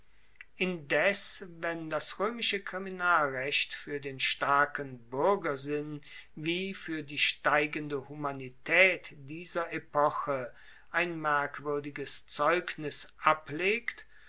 indes wenn das roemische kriminalrecht fuer den starken buergersinn wie fuer die steigende humanitaet dieser epoche ein merkwuerdiges zeugnis ablegt